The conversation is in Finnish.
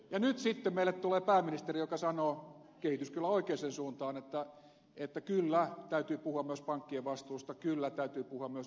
ja nyt sitten meille tulee pääministeri joka sanoo kehitys kyllä oikeaan suuntaan että kyllä täytyy puhua myös pankkien vastuusta kyllä täytyy puhua myös velkajärjestelystä